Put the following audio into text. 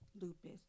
lupus